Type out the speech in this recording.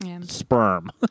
sperm